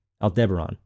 Aldebaran